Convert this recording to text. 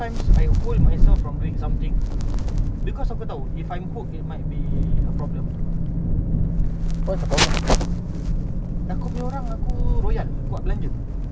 bro within that three months with that five hundred aku dapat dua road bike Cinelli and Giant aku jual beli jual beli last last aku beli specialised punya basikal